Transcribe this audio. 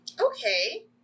Okay